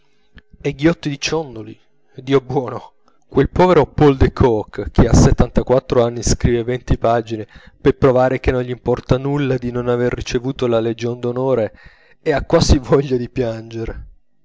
e ghiotti di ciondoli dio buono quel povero paul de kock che a settantaquattro anni scrive venti pagine per provare che non gl'importa nulla di non aver ricevuto la legion d'onore e ha quasi voglia di piangere